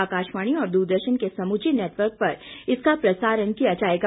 आकाशवाणी और दूरदर्शन के समूचे नेटवर्क पर इसका प्रसारण किया जायेगा